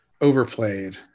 overplayed